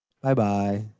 Bye-bye